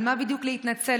על מה בדיוק להתנצל,